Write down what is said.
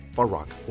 Barack